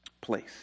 place